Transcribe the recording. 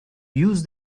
use